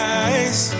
eyes